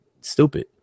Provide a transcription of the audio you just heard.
stupid